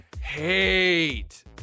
hate